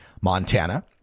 Montana